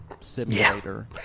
simulator